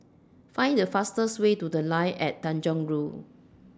Find The fastest Way to The Line At Tanjong Rhu